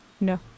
No